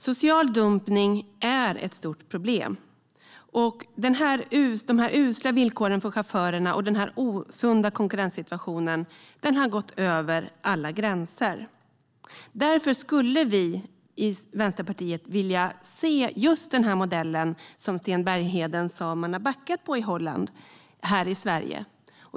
Social dumpning är ett stort problem, och de usla villkoren för chaufförerna och den osunda konkurrenssituationen har gått över alla gränser. Därför skulle vi i Vänsterpartiet vilja se just den modell i Sverige som Sten Bergheden sa att man har backat från i Holland.